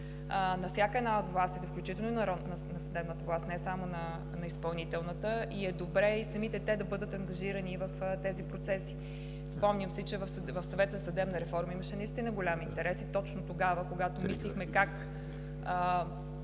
на всяка една от властите, включително и на съдебната власт, не само на изпълнителната, и е добре самите те да бъдат ангажирани в тези процеси. Спомням си, че в Съвета за съдебна реформа имаше наистина голям интерес и точно тогава, когато мислихме как